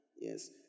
Yes